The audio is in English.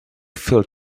fell